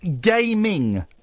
Gaming